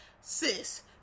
sis